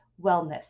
wellness